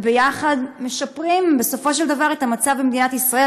וביחד משפרים בסופו של דבר את המצב במדינת ישראל,